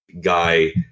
guy